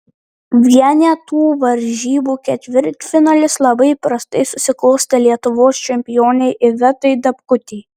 vienetų varžybų ketvirtfinalis labai prastai susiklostė lietuvos čempionei ivetai dapkutei